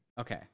Okay